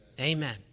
Amen